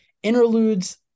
interludes